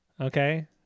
Okay